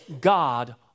God